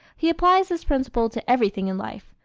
he applies this principle to everything in life.